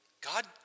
God